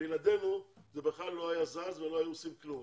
בלעדינו זה בכלל לא היה זז ולא היו עושים כלום.